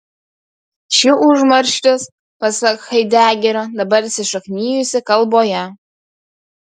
ši užmarštis pasak haidegerio dabar įsišaknijusi kalboje